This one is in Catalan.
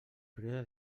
període